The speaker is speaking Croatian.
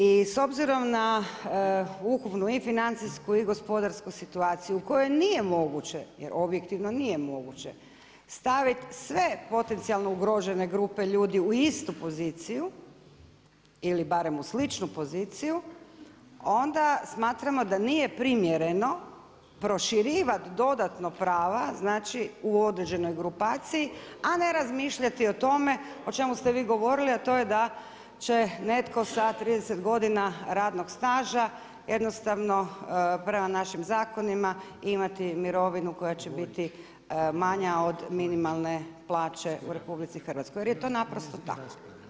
I s obzirom na ukupnu i financijsku i gospodarsku situaciju u kojoj nije moguće jer objektivno nije moguće stavit sve potencijalno ugrožene grupe ljudi u istu poziciju ili barem u sličnu poziciju, onda smatramo da nije primjereno proširivat dodatno prava, znači u određenoj grupaciji a ne razmišljati o tome o čemu ste vi govorili, a to je da će netko sa 30 godina radnog staža jednostavno prema našim zakonima imati mirovinu koja će biti manja od minimalne plaće u RH jer je to naprosto tako.